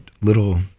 little